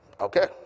Okay